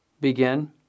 begin